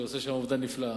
שעושה שם עבודה נפלאה,